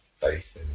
faith